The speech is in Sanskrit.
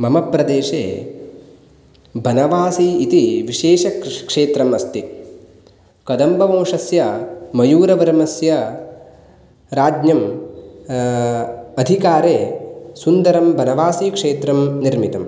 मम प्रदेशे बनवासि इति विशेष क्षेत्रम् अस्ति कदम्बवंशस्य मयूरवर्मस्य राज्ञम् अधिकारे सुन्दरं बनवासि क्षेत्रं निर्मितं